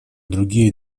другие